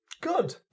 Good